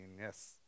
Yes